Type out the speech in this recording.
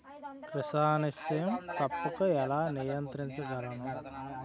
Chrysanthemum తప్పును ఎలా నియంత్రించగలను?